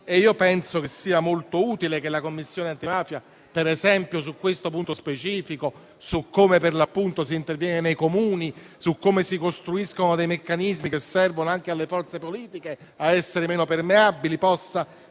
e ritengo molto utile che la Commissione antimafia, per esempio, su questi punti specifici, su come si interviene nei Comuni, su come si costruiscono dei meccanismi che servono anche alle forze politiche a essere meno permeabili, possa